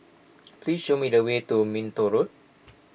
please show me the way to Minto Road